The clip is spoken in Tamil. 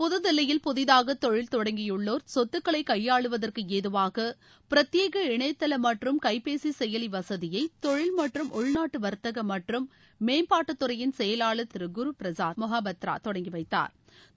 புது தில்லியில் புதிதாக தொழில் தொடங்கியுள்ளோா் சொத்துகளை கையாளுவதற்கு ஏதுவாக பிரத்யேக இணையதள மற்றும் கைப்பேசி செயலி வசதியை தொழில் மற்றும் உள்நாட்டு வர்த்தக மற்றும் மேம்பாட்டு துறையின் செயலாளர் திரு குருபிரசாத் மொகபாத்ரா தொடங்கி வைத்தாா்